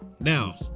Now